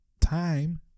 time